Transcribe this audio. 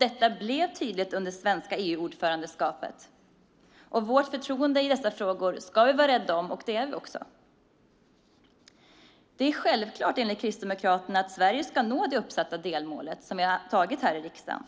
Detta blev tydligt under det svenska EU-ordförandeskapet. Vårt förtroende i dessa frågor ska vi vara rädda om, och det är vi också. Det är självklart enligt Kristdemokraterna att Sverige ska nå det uppsatta delmålet som vi har antagit här i riksdagen.